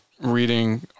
reading